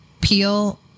peel